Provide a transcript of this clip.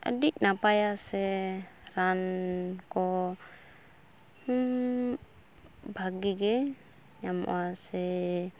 ᱟᱹᱰᱤ ᱱᱟᱯᱟᱭᱟ ᱥᱮ ᱨᱟᱱᱻ ᱠᱚᱻ ᱵᱷᱟᱜᱤᱜᱮ ᱧᱟᱢᱚᱜᱼᱟ ᱥᱮᱻ